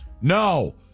No